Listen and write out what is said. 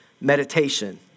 meditation